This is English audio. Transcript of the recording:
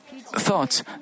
thoughts